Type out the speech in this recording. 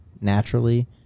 naturally